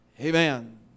Amen